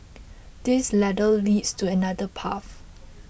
this ladder leads to another path